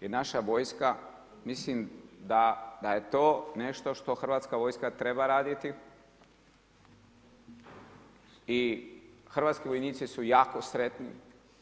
I naša vojska mislim da je to nešto što hrvatska vojska treba raditi i hrvatski vojnici su jako sretni